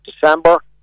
December